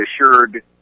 assured